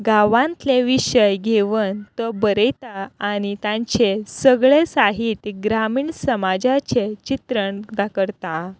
गांवांतले विशय घेवन तो बरयता आनी तांचें सगळें साहित्य ग्रामीण समाजाचें चित्रण दा करता